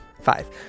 Five